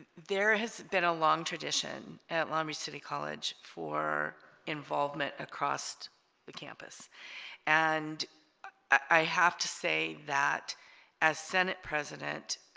there has been a long tradition at long beach city college for involvement across the campus and i have to say that as senate president